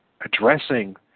addressing